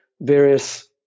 various